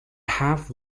have